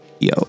yo